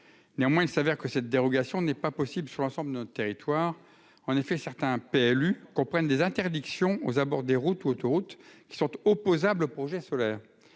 Néanmoins, il se trouve que cette dérogation n'est pas possible sur l'ensemble de notre territoire. En effet, certains PLU comprennent des interdictions aux abords des routes ou autoroutes qui sont opposables aux projets solaires.